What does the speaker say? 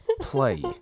play